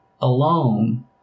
alone